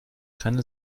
keine